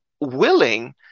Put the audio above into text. willing